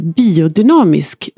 biodynamisk